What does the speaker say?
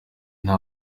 nta